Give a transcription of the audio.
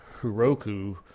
Heroku